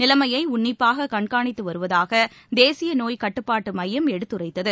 நிலைமையை உன்னிப்பாக கண்காணித்து வருவதாக தேசிய நோய் கட்டுப்பாட்டு மையம் எடுத்துரைத்தது